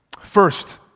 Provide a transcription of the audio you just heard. First